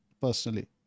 personally